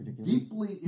deeply